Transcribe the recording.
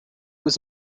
was